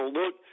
look